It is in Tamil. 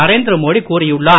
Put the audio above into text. நரேந்திர மோடி கூறியுள்ளார்